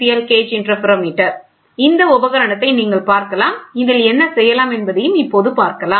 L gauge interferometer இந்த உபகரணத்தை நீங்கள் பார்க்கலாம் இதில் என்ன செய்யலாம் என்பதையும் இப்போது பார்க்கலாம்